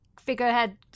figurehead